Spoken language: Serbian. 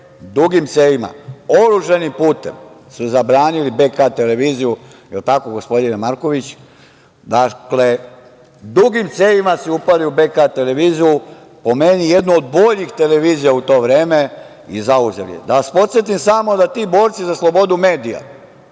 dugim cevima, oružanim putem su zabranili BK televiziju, jel tako, gospodine Marković, dugim cevima su upali u BK televiziju, a po meni jednu od boljih televizija u to vreme i zauzeli je. Da vas podsetim samo da ti borci za slobodu medija,